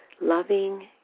loving